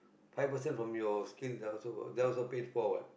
five percent from your skill also that one also paid for what